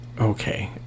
Okay